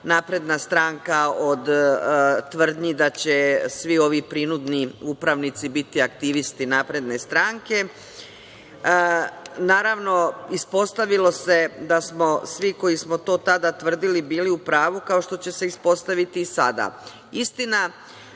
Napredna stranka od tvrdnji da će svi ovi prinudni upravnici biti aktivisti Napredne stranke. Naravno, ispostavilo se da smo svi koji smo to tada tvrdili bili u pravu, kao što će se ispostaviti i sada.